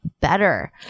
better